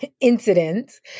incidents